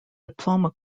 diploma